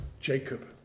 Jacob